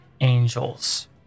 angels